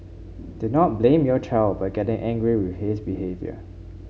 did not blame your child by getting angry with his behaviour